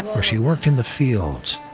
where she worked in the fields,